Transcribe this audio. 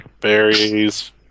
berries